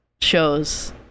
shows